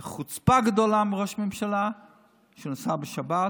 זו חוצפה גדולה שראש ממשלה שנוסע בשבת,